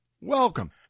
Welcome